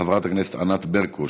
של חברת הכנסת ענת ברקו,